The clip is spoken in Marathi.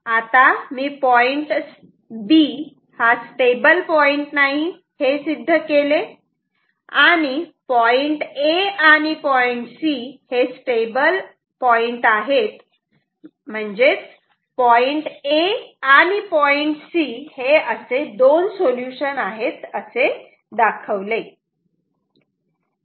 आता मी पॉईंट B स्टेबल नाही हे सिद्ध केले आणि पॉईंट A आणि C हे स्टेबल आहेत म्हणजेच पॉईंट A आणि C हे दोन सोल्युशन आहेत असे दाखवले